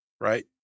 Right